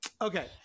Okay